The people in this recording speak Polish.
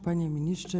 Panie Ministrze!